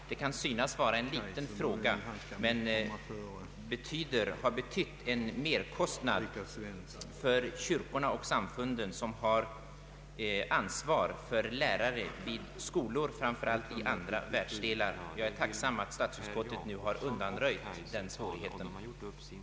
Detta kan synas vara en ringa fråga, men oklarheten i fråga om tolkningen har betytt en merkostnad för kyrkorna och samfunden, som har ansvar för lärare i skolor framför allt i andra världsdelar. Jag är tacksam för att statsutskottet och riksdagen nu har undanröjt den oklarheten.